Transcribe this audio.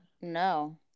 no